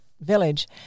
village